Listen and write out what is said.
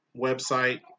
website